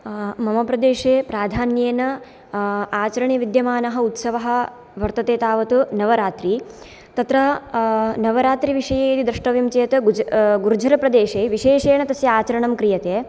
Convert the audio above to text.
मम प्रदेशे प्राधान्येन आचरणे विद्यमानः उत्सवः वर्तते तावत् नवरात्रि तत्र नवरात्रिविषये यदि द्रष्टव्यं चेत् गुर्ज गुर्जरप्रदेशे विशेषेण तस्य आचरणं क्रियते